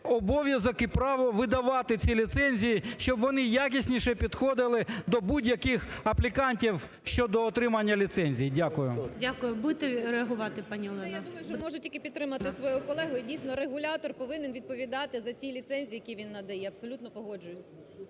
обов'язок і право видавати ці ліцензії, щоб вони якісніше підходили до будь-яких аплікантів щодо отримання ліцензій. Дякую. ГОЛОВУЮЧИЙ. Дякую. Будете реагувати, пані Олена? 12:59:25 КОНДРАТЮК О.К. Я думаю, що можу тільки підтримати свою колегу і, дійсно, регулятор повинен відповідати за ці ліцензії, які він надає. Абсолютно погоджуюсь.